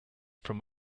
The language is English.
from